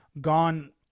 gone